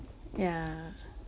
yeah